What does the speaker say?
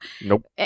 Nope